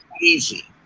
easy